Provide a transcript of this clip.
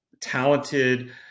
talented